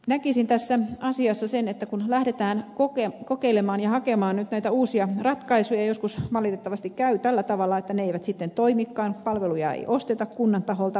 näkisin tässä asiassa sen että kun lähdetään kokeilemaan ja hakemaan nyt näitä uusia ratkaisuja joskus valitettavasti käy tällä tavalla että ne eivät sitten toimikaan palveluja ei osteta kunnan taholta